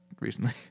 recently